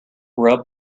rub